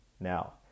now